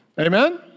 Amen